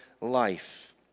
life